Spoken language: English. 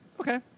Okay